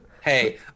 Hey